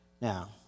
Now